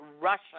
Russia